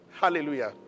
Hallelujah